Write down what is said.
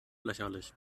lächerlich